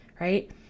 right